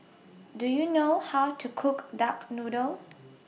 Do YOU know How to Cook Duck Noodle